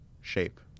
shape